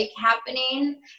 happening